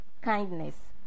Kindness